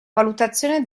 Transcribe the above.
valutazione